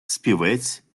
співець